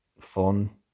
fun